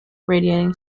radiating